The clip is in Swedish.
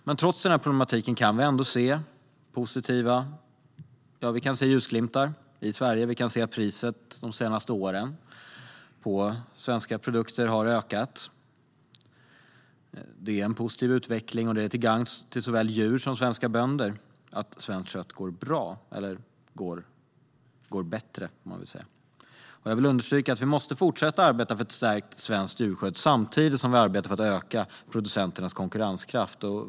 Men trots den här problematiken kan vi ändå se ljusglimtar i Sverige. Vi kan se att priset på svenska produkter har ökat de senaste åren. Det är en positiv utveckling, och det är till gagn för såväl djur som svenska bönder att det går bättre för svenskt kött. Jag vill understryka att vi måste fortsätta arbeta för ett stärkt svenskt djurskydd samtidigt som vi arbetar för att öka producenternas konkurrenskraft.